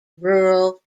rural